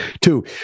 two